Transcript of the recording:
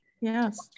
yes